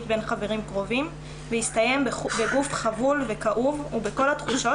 בין חברים קרובים והסתיים בגוף חבול וכאוב ובכל התחושות